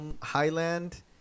Highland